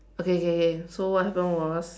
okay okay okay so what happened was